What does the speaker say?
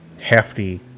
hefty